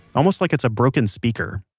almost like it's a broken speaker.